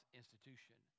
institution